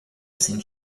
sind